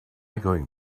going